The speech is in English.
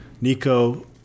Nico